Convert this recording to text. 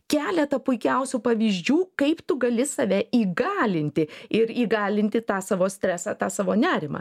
keletą puikiausių pavyzdžių kaip tu gali save įgalinti ir įgalinti tą savo stresą tą savo nerimą